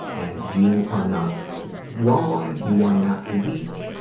and you are not wrong. you are not weak.